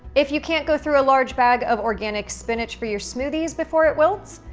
if you can't go through a large bag of organic spinach for your smoothies before it wilts,